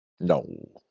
No